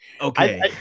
okay